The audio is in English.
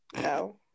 No